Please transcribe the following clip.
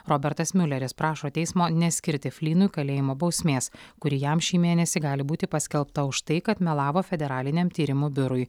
robertas miuleris prašo teismo neskirti flynui kalėjimo bausmės kuri jam šį mėnesį gali būti paskelbta už tai kad melavo federaliniam tyrimų biurui